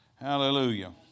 Hallelujah